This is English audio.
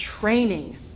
training